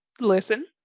listen